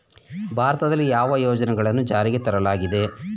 ಭಾರತದಲ್ಲಿ ಯಾವ ಯೋಜನೆಗಳನ್ನು ಜಾರಿಗೆ ತರಲಾಗಿದೆ?